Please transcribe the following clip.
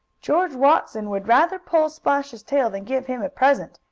george watson would rather pull splash's tail, than give him a present,